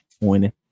winning